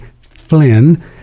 flynn